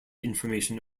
information